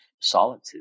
solitude